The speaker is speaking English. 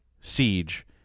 Siege